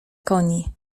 koni